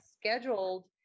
scheduled